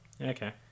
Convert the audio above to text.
Okay